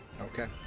Okay